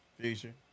Future